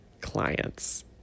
clients